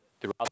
throughout